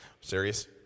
serious